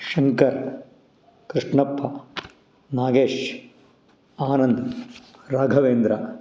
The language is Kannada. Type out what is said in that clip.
ಶಂಕರ್ ಕೃಷ್ಣಪ್ಪ ನಾಗೇಶ್ ಆನಂದ್ ರಾಘವೇಂದ್ರ